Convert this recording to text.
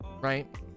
right